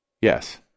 yes